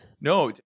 No